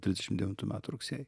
trisdešim devintš metų rugsėjį